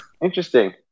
Interesting